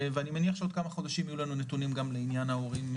ואני מניח שעוד כמה חודשים יהיו לנו נתונים גם לעניין ההורים,